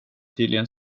tydligen